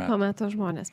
to meto žmonės